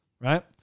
right